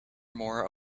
more